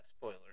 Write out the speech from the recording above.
Spoiler